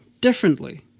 differently